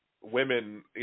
women